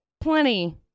plenty